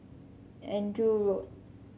Andrew Road